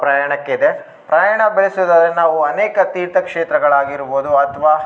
ಪ್ರಯಾಣಕ್ಕಿದೆ ಪ್ರಯಾಣ ಬೆಳಸೋದಾರೆ ನಾವು ಅನೇಕ ತೀರ್ಥ ಕ್ಷೇತ್ರಗಳಾಗಿರ್ಬೋದು ಅಥ್ವಾ